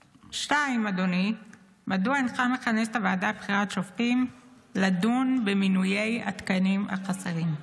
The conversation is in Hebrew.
2. מדוע אינך מכנס את הוועדה לבחירת שופטים לדון במינוי התקנים החסרים?